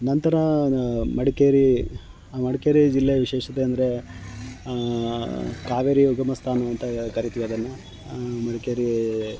ನಂತರ ಮಡಿಕೇರಿ ಮಡಿಕೇರಿ ಜಿಲ್ಲೆಯ ವಿಶೇಷತೆ ಅಂದರೆ ಕಾವೇರಿಯ ಉಗಮ ಸ್ಥಾನ ಅಂತ ಕರಿತೀವಿ ಅದನ್ನು ಮಡಿಕೇರಿ